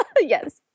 Yes